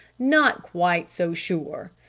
not quite so sure,